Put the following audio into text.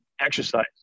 exercise